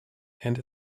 and